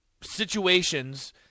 situations